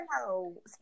no